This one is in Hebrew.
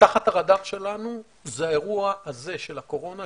תחת הרדאר שלנו זה האירוע הזה של הקורונה,